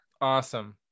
Awesome